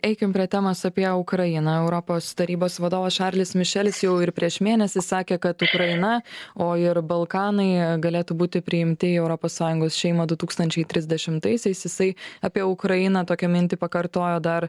eikim prie temos apie ukrainą europos tarybos vadovas šarlis mišelis jau ir prieš mėnesį sakė kad ukraina o ir balkanai galėtų būti priimti į europos sąjungos šeimą du tūkstančiai trisdešimtaisiais jisai apie ukrainą tokią mintį pakartojo dar